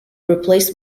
replaced